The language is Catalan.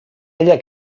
ella